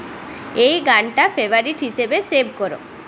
এই গানটা ফেভারিট হিসেবে সেভ করো